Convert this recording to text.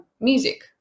music